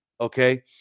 okay